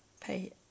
pay